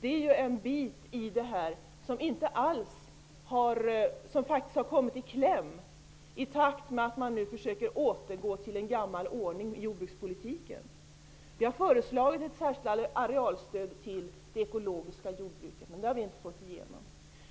Det är en del i det hela som faktiskt har kommit i kläm i takt med att man nu i jordbrukspolitiken försöker återgå till en gammal ordning. Vi har föreslagit ett särskilt arealstöd till det ekologiska jordbruket, men det har vi inte fått igenom.